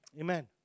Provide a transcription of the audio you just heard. Amen